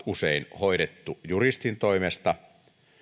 usein hoidettu juristin toimesta